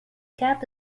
cap